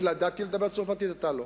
אני ידעתי לדבר צרפתית, אתה לא.